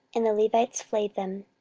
and the levites flayed them.